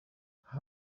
mukozi